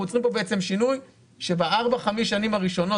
אנחנו יוצרים כאן שינוי שבארבע-חמש שנים הראשונות,